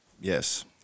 Yes